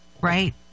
right